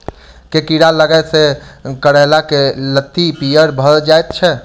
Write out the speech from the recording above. केँ कीड़ा लागै सऽ करैला केँ लत्ती पीयर भऽ जाय छै?